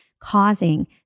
causing